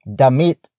damit